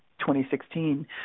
2016